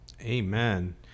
Amen